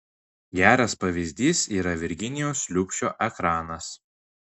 geras pavyzdys yra virginijaus liubšio ekranas